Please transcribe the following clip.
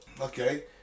Okay